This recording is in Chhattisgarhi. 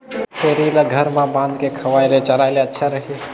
छेरी ल घर म बांध के खवाय ले चराय ले अच्छा रही?